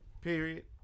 Period